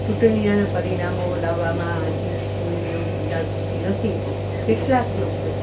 ચૂંટણીના પરિણામો લાવવામાં હજી પૂરી લોક જાગૃતિ નથી કેટલાંક લોકો